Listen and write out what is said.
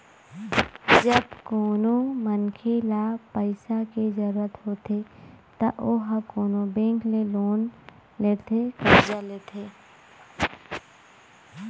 जब कोनो मनखे ल पइसा के जरुरत होथे त ओहा कोनो बेंक ले लोन लेथे करजा लेथे